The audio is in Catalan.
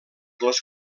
les